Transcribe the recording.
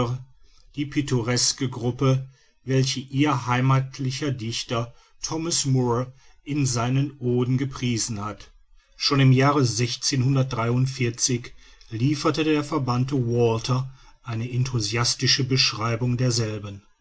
die pittoreske gruppe welche ihr heimatlicher dichter thomas moore in seinen oden gepriesen hat schon im jahre lieferte der verbannte walter eine enthusiastische beschreibung derselben